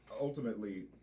ultimately